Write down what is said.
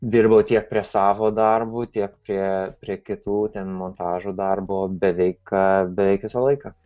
dirbau tiek prie savo darbo tiek priėjo prie kitų ten montažo darbo beveik beveik visą laiką